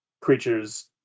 creatures